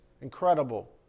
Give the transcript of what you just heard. incredible